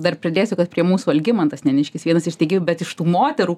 dar pridėsiu kad prie mūsų algimantas neniškis vienas iš steigėjų bet iš tų moterų